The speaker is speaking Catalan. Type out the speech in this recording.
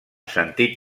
sentit